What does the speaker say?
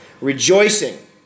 rejoicing